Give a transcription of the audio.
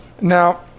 Now